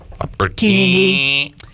Opportunity